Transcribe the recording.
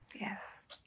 Yes